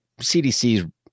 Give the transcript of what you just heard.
CDC's